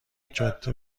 جاده